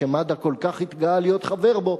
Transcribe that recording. שמד"א כל כך התגאה להיות חבר בו,